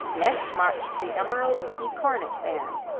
next marched the emerald city cornet band,